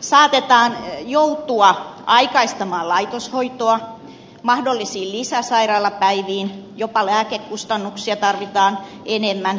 saatetaan joutua aikaistamaan laitoshoitoa mahdollisiin lisäsairaalapäiviin jo pa lääkekustannuksia tarvitaan enemmän